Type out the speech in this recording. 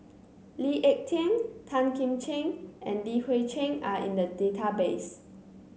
Lee Ek Tieng Tan Kim Ching and Li Hui Cheng are in the database